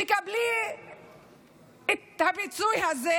תקבלי את הפיצוי הזה,